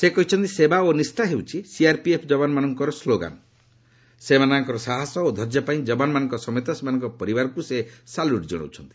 ସେ କହିଛନ୍ତି ସେବା ଓ ନିଷ୍ଠା ହେଉଛି ସିଆର୍ପିଏଫ୍ ଯବାନମାନଙ୍କ ସ୍କୋଗାନ ସେମାନଙ୍କର ସାହସ ଓ ଧୈର୍ଯ୍ୟ ପାଇଁ ଯବାନମାନଙ୍କ ସମେତ ସେମାନଙ୍କ ପରିବାରକୁ ସେ ସାଲ୍ୟୁଟ୍ ଜଣାଉଛନ୍ତି